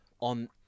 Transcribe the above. on